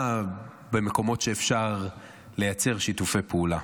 במקומות שאפשר לייצר שיתופי פעולה.